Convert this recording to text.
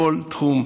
בכל תחום.